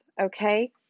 okay